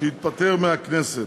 שהתפטר מהכנסת,